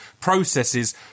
processes